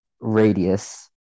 radius